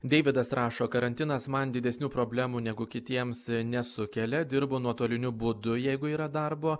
deividas rašo karantinas man didesnių problemų negu kitiems nesukelia dirbu nuotoliniu būdu jeigu yra darbo